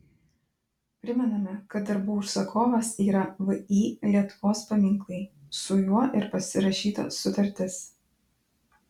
primename kad darbų užsakovas yra vį lietuvos paminklai su juo ir pasirašyta sutartis